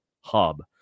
hub